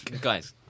Guys